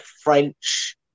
French